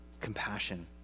compassion